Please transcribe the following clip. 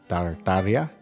Tartaria